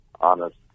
honest